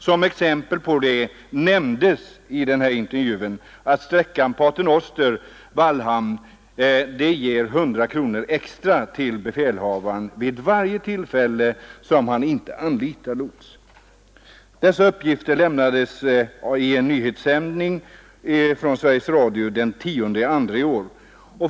Som exempel på det nämndes i den här intervjun att sträckan Paternoster-Wallhamn ger 100 kronor extra till befälhavaren vid varje tillfälle som han inte anlitar lots. Dessa uppgifter lämnades i en nyhetssändning från Sveriges Radio den 10 februari i år.